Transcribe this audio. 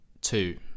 Two